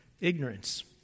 ignorance